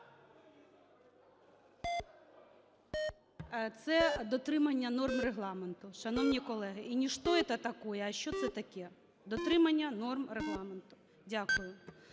Це дотримання норм Регламенту, шановні колеги. І "ни что это такое", а "що це таке" – дотримання норм Регламенту. Дякую.